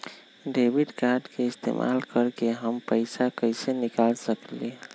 Debit card के इस्तेमाल करके हम पैईसा कईसे निकाल सकलि ह?